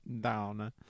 Down